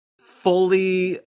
fully